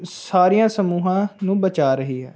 ਸਾਰੀਆਂ ਸਮੂਹਾਂ ਨੂੰ ਬਚਾ ਰਹੀ ਹੈ